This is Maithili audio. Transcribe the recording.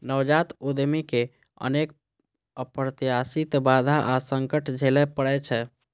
नवजात उद्यमी कें अनेक अप्रत्याशित बाधा आ संकट झेलय पड़ै छै